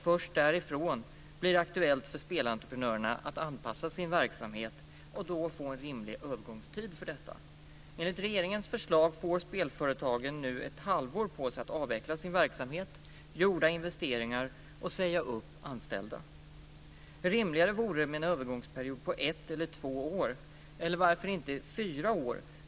Först därefter blir det aktuellt för spelentreprenörerna att anpassa sin verksamhet och då få en rimlig övergångstid för detta. Enligt regeringens förslag får spelföretagen nu ett halvår på sig att avveckla sin verksamhet och gjorda investeringar och säga upp anställda. Det vore rimligare med en övergångsperiod på ett, två eller varför inte fyra år.